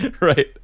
Right